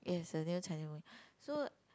yes the new Chinese movie so